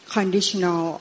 Conditional